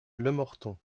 lemorton